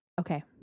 Okay